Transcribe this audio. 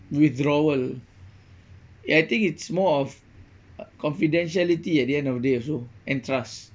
withdrawal I think it's more of uh confidentiality at the end of the day also and trust